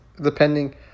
depending